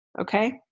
Okay